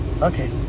okay